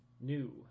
new